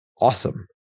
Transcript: awesome